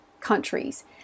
countries